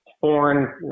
foreign